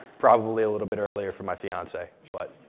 probably a little bit earlier for my fiancee. but